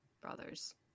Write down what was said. brothers